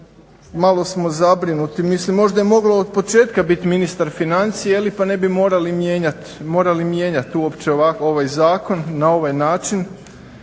Malo smo zabrinuti. Mislim možda je mogao od početka biti ministar financija, pa ne bi morali mijenjat ovako ovaj zakon na ovaj način.